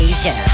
Asia